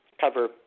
cover